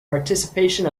participation